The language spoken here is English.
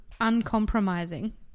Uncompromising